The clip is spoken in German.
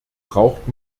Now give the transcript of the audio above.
braucht